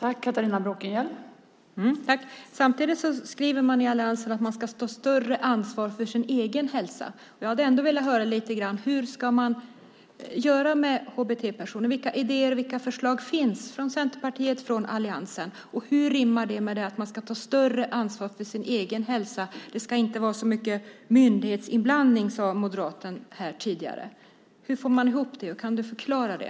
Fru talman! Samtidigt skriver alliansen att man ska ta större ansvar för sin egen hälsa. Jag hade velat höra hur man ska göra med HBT-personer. Vilka idéer och förslag har Centerpartiet och alliansen? Hur rimmar det med detta att man ska ta större ansvar för sin egen hälsa? Det ska inte vara så mycket myndighetsinblandning, sa moderaten här tidigare. Hur får man ihop det? Kan du förklara det?